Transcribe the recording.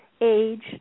age